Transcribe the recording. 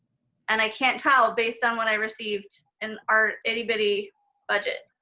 and i can't tell based on what i received in our itty-bitty budget.